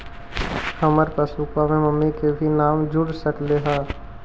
हमार पासबुकवा में मम्मी के भी नाम जुर सकलेहा?